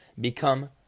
become